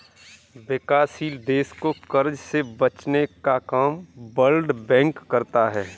विकासशील देश को कर्ज से बचने का काम वर्ल्ड बैंक करता है